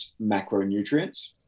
macronutrients